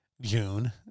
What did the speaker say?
June